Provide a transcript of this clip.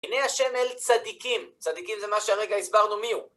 הנה השם אל צדיקים. צדיקים זה מה שהרגע הסברנו מיהו.